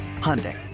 Hyundai